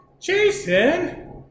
Jason